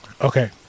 Okay